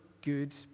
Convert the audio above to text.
good